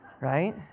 right